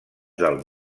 del